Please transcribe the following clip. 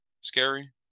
scary